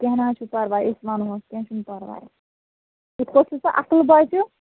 کیٚنٛہہ نَہ حظ چھُ پَرواے أسۍ وَنہٕ ہوٚس کیٚنٛہہ چھُنہٕ پَرواے یِتھ پٲٹھۍ چھُ سُہ اَصٕل بَچہٕ